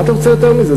מה אתה רוצה יותר מזה?